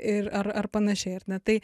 ir ar ar panašiai ar ne tai